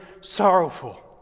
sorrowful